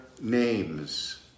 names